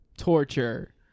Torture